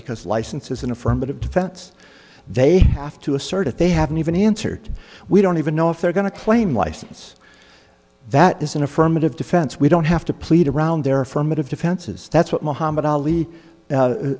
because license is an affirmative defense they have to assert if they haven't even answered we don't even know if they're going to claim license that is an affirmative defense we don't have to plead around their affirmative defenses that's what muhammad ali